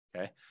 Okay